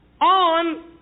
on